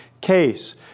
case